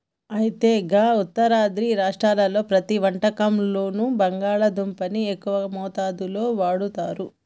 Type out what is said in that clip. అయితే గా ఉత్తరాది రాష్ట్రాల్లో ప్రతి వంటకంలోనూ బంగాళాదుంపని ఎక్కువ మోతాదులో వాడుతారు